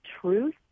truth